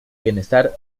bienestar